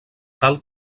tal